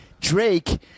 Drake